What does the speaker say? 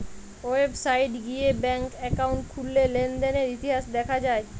website গিয়ে bank account খুললে লেনদেনের ইতিহাস দেখা যায়